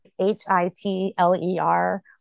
h-i-t-l-e-r